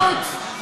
ויש ערכי עבודה,